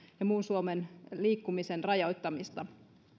ja muun suomen liikkumisen rajoittamista